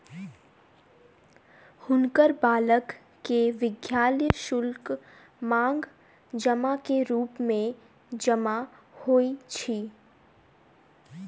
हुनकर बालक के विद्यालय शुल्क, मांग जमा के रूप मे जमा होइत अछि